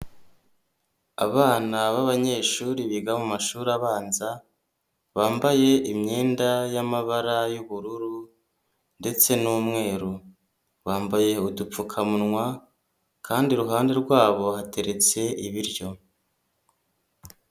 Abana b'abanyeshuri biga mu mashuri abanza, bambaye imyenda y'amabara y'ubururu ndetse n'umweru, bambaye udupfukamunwa kandi iruhande rwabo hateretse ibiryo.